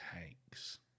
Tanks